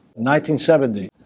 1970